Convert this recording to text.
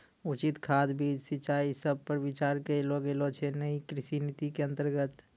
उचित खाद, बीज, सिंचाई सब पर विचार करलो गेलो छै नयी कृषि नीति के अन्तर्गत